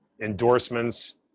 endorsements